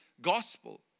gospel